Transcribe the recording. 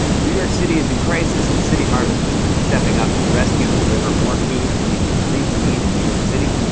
new york city is in crisis, and city harvest has been stepping up to rescue and deliver more food to meet the increased need in new york city.